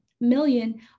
million